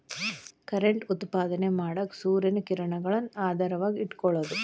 current ಉತ್ಪಾದನೆ ಮಾಡಾಕ ಸೂರ್ಯನ ಕಿರಣಗಳನ್ನ ಆಧಾರವಾಗಿ ಇಟಕೊಳುದು